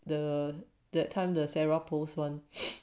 the that time the sarah post [one]